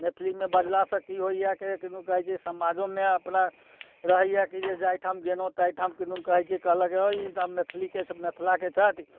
मैथिलीमे बजलासँ की होइए के किदुन कहैत छै समाजोमे अपना रहैया कि जे जाहि ठाम गेलहुँ ताहि ठाम किदुन कहैत छै कहलक हो ई तऽ मैथिलीके ई तऽ मिथिलाके छथि